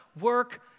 Work